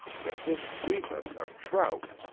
the fish neath us are trout,